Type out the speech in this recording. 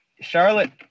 Charlotte